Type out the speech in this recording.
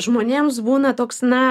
žmonėms būna toks na